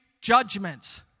judgments